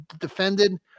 defended